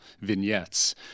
vignettes